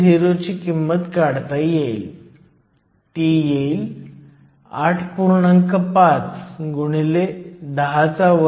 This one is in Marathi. भाग b मध्ये आपल्याला संपूर्ण जंक्शनमधील बिल्ट इन पोटेन्शियलची गणना करायची आहे